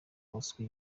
kotswa